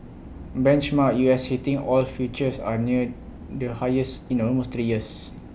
benchmark U S heating oil futures are near the highest in almost three years